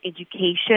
education